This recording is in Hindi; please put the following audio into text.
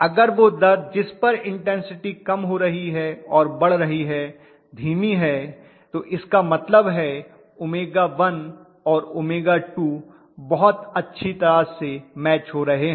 अगर वह दर जिस पर इन्टेन्सिटी कम हो रही है और बढ़ रही है धीमी है तो इसका मतलब है कि 𝜔1 और 𝜔2 बहुत अच्छी तरह से मैच हो रहे हैं